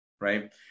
right